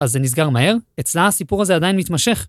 ‫אז זה נסגר מהר? ‫אצלה הסיפור הזה עדיין מתמשך.